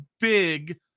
big